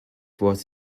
was